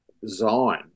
design